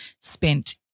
spent